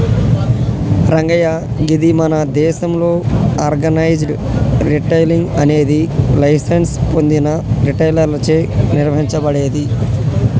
రంగయ్య గీది మన దేసంలో ఆర్గనైజ్డ్ రిటైలింగ్ అనేది లైసెన్స్ పొందిన రిటైలర్లచే నిర్వహించబడేది